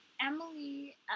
Emily